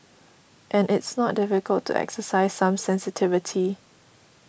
and it's not difficult to exercise some sensitivity